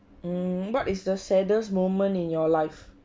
mm what is the saddest moment in your life